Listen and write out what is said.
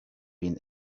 been